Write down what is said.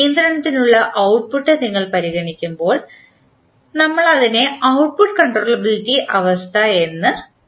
നിയന്ത്രണത്തിനുള്ള output നിങ്ങൾ പരിഗണിക്കുമ്പോൾ ഞങ്ങൾ അതിനെ ഔട്ട്പുട്ട് കൺട്രോളബിലിറ്റി അവസ്ഥ എന്ന് വിളിക്കുന്നു